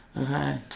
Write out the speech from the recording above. Okay